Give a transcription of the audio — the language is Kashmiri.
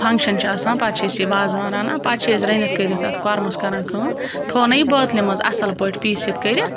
فںٛگشَن چھِ آسان پَتہٕ چھِ أسۍ یہِ وازوان رَنان پَتہٕ چھِ أسۍ رٔنِتھ کٔرِتھ تَتھ کوٚرمَس کَران کٲم تھٔو نہ یہِ بٲتلہِ منٛز اَصٕل پٲٹھۍ پیٖسِتھ کٔرِتھ